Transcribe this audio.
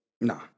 Nah